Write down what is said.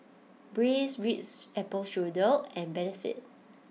Breeze Ritz Apple Strudel and Benefit